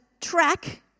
track